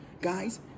Guys